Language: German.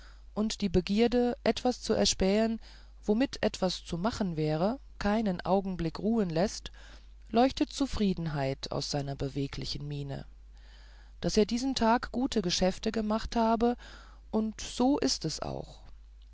und die begierde etwas zu erspähen womit etwas zu machen wäre keinen augenblick ruhen läßt leuchtet zufriedenheit aus seiner beweglichen miene er muß diesen tag gute geschäfte ge macht haben und so ist es auch